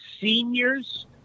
senior's